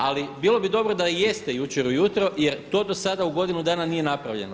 Ali bilo bi dobro da i jeste jučer ujutro jer to do sada u godinu dana nije napravljeno.